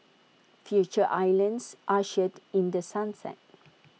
Future islands ushered in the sunset